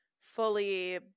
fully